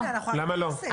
למה לא?